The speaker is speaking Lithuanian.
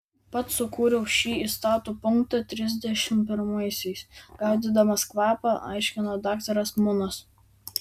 pats sukūriau šį įstatų punktą trisdešimt pirmaisiais gaudydamas kvapą aiškino daktaras munas